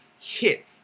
hit